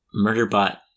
Murderbot